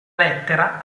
lettera